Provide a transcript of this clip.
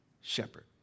shepherd